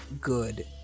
good